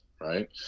right